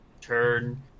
turn